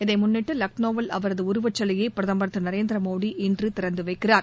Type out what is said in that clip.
இதை முன்னிட்டு லக்னோவில் அவரது உருவச்சிலையை பிரதமர் திரு நரேந்திர மோடி இன்று திறந்து வைக்கிறார்